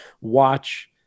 watch